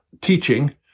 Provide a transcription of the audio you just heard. teaching